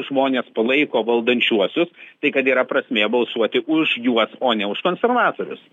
žmonės palaiko valdančiuosius tai kad yra prasmė balsuoti už juos o ne už konservatorius